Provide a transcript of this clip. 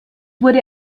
wurde